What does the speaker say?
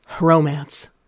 Romance